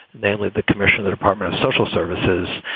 they let the commissioner, the department of social services,